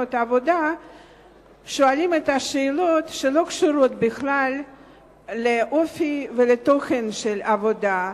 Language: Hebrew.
ראיונות עבודה שואלים שאלות שלא קשורות בכלל לאופי ולתוכן של העבודה,